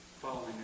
following